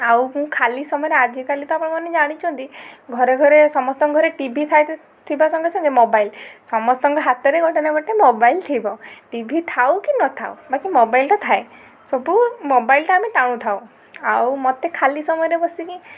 ଆଉ ମୁଁ ତ ଖାଲି ସମୟରେ ଆଜିକାଲି ତ ଆପଣ ମାନେ ଜାଣିଛନ୍ତି ଘରେ ଘରେ ସମସ୍ତଙ୍କ ଘରେ ଟି ଭି ଥାଇ ତେ ଥିବା ସଙ୍ଗେ ସଙ୍ଗେ ମୋବାଇଲ ସମସ୍ତଙ୍କ ହାତରେ ଗୋଟେ ନା ଗୋଟେ ମୋବାଇଲ ଥିବ ଟି ଭି ଥାଉ କି ନଥାଉ ବାକି ମୋବାଇଲଟା ଥାଏ ସବୁ ମୋବାଇଲଟା ଆମେ ଟାଣୁ ଥାଉ ଆଉ ମୋତେ ଖାଲି ସମେୟରେ ବସିକି